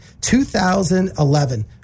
2011